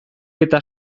eta